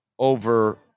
Over